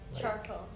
Charcoal